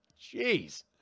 Jeez